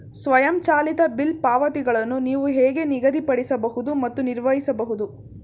ಸ್ವಯಂಚಾಲಿತ ಬಿಲ್ ಪಾವತಿಗಳನ್ನು ನೀವು ಹೇಗೆ ನಿಗದಿಪಡಿಸಬಹುದು ಮತ್ತು ನಿರ್ವಹಿಸಬಹುದು?